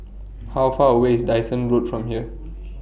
How Far away IS Dyson Road from here